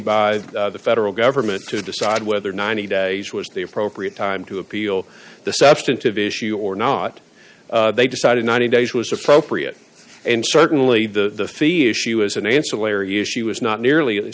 by the federal government to decide whether ninety days was the appropriate time to appeal the substantive issue or not they decided ninety days was appropriate and certainly the fee issue as an ancillary issue is not nearly as